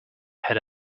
had